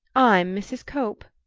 i'm mrs. cope.